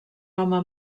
home